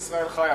עם ישראל חי,